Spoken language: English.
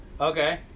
okay